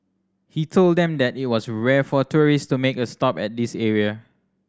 he told them that it was rare for tourists to make a stop at this area